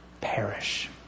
perish